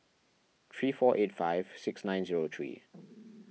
three four eight five six nine zero three